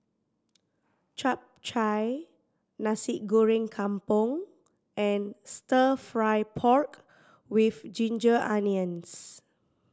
Chap Chai Nasi Goreng Kampung and Stir Fry pork with ginger onions